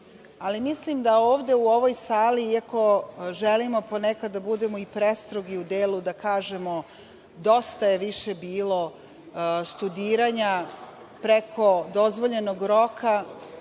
Ali, mislim da ovde u ovoj sali, iako želimo ponekad da budemo i prestrogi u delu da kažemo – dosta je bilo više studiranja preko dozvoljenog roka,